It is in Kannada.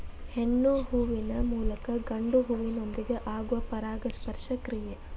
ಹೆಣ್ಣು ಹೂವಿನ ಮೂಲಕ ಗಂಡು ಹೂವಿನೊಂದಿಗೆ ಆಗುವ ಪರಾಗಸ್ಪರ್ಶ ಕ್ರಿಯೆ